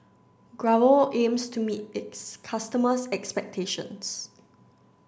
Growell aims to meet its customers' expectations